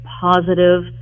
positive